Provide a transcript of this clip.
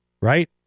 right